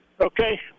okay